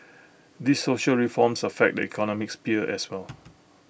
these social reforms affect the economic sphere as well